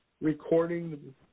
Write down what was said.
Recording